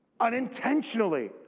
unintentionally